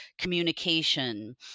communication